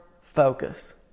focus